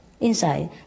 inside